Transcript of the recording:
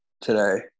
today